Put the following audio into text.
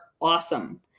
awesome